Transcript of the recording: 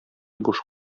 буш